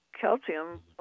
calcium